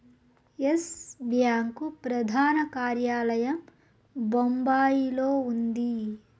yes Bank ప్రధాన కార్యాలయం బొంబాయిలో ఉంది